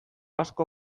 asko